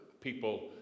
people